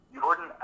Jordan